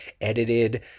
Edited